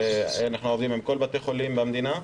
ואנחנו עובדים עם כל בתי החולים במדינה.